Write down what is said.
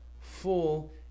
full